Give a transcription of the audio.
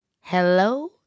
hello